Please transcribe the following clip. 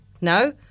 no